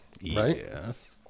Yes